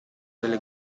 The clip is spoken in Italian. delle